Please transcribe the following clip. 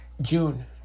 June